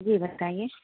جی بتائیے